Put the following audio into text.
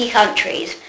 countries